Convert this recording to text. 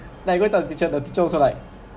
like you go and tell the teacher the teacher also like